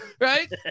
right